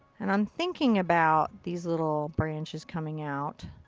and i'm thinking about these little branches coming out.